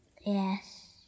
Yes